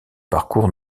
parcours